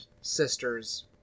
sisters